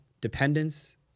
dependence